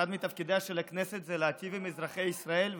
אחד מתפקידיה של הכנסת הוא להיטיב עם אזרחי ישראל,